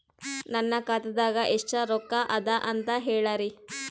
ನನ್ನ ಖಾತಾದಾಗ ಎಷ್ಟ ರೊಕ್ಕ ಅದ ಅಂತ ಹೇಳರಿ?